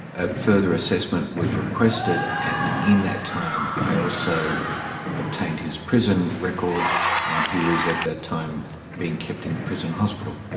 further assessment was requested, and in that time i also obtained his prison record and he was at that time being kept in a prison hospital.